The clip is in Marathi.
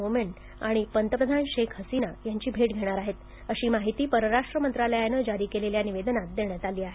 मेनन आणि पंतप्रधान शेख हसिना यांची भेट घेणार आहेतअशी माहिती परराष्ट्र मंत्रालयानं जारी केलेल्या निवेदनांत देण्यात आली आहे